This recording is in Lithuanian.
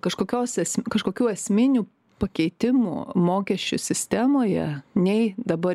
kažkokiose kažkokių esminių pakeitimų mokesčių sistemoje nei dabar